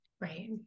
Right